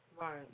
Right